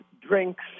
drinks